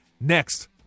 next